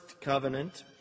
covenant